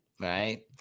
Right